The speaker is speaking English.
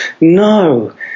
no